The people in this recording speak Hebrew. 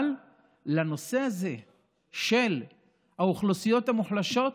אבל לנושא הזה של האוכלוסיות המוחלשות,